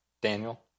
Daniel